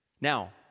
Now